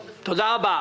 תודה רבה.